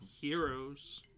Heroes